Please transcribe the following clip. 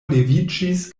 leviĝis